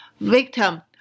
victim